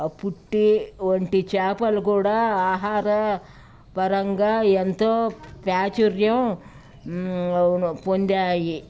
పుట్టి వంటి చేపలు కూడా ఆహార పరంగా ఎంతో ప్రాచుర్యం పొందాయి